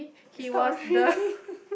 it stop reading